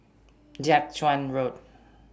Jiak Chuan Road